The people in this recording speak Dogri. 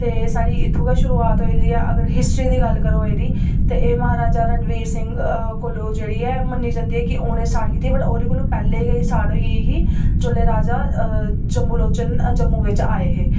ते साढ़ी इ'त्थुं गै शुरुआत होई दी ऐ अगर हिस्ट्री दी गल्ल करो एह्दी ते एह् म्हाराजा रणवीर सिंह कोलू जेह्ड़ी ऐ मन्नी जंदी ऐ कि उ'नें स्टार्ट कीती वट् ओह्दे कोलू पैह्लें गै एह् स्टार्ट होई गेदी ही जेल्लै राजा जम्बू लोचन जम्मू बिच आए हे